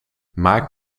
maak